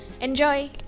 Enjoy